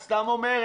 את סתם אומרת.